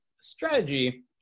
strategy